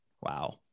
Wow